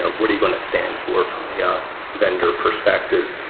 what are you going to stand for from a ah vendor perspective?